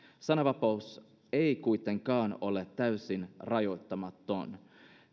sananvapaus ei kuitenkaan ole täysin rajoittamaton